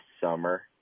summer